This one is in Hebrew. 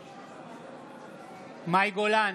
בעד מאי גולן,